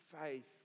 faith